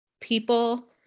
people